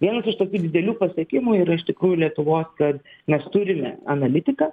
vienas iš tokių didelių pasiekimų yra iš tikrųjų lietuvos kad mes turime analitiką